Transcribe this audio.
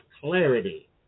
clarity